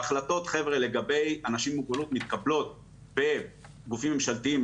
ההחלטות לגבי אנשים עם מוגבלות מתקבלות בגופים ממשלתיים,